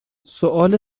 سوال